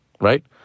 Right